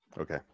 Okay